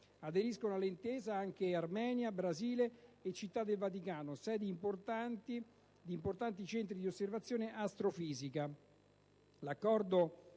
Aderiscono all'intesa anche Armenia, Brasile e Città del Vaticano, sedi di importanti centri di osservazione astrofisica.